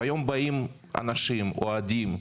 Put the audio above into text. היום באים אנשים, אוהדים,